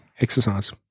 exercise